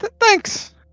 thanks